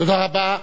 תודה רבה.